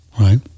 right